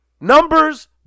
Numbers